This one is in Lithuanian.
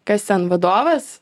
kas ten vadovas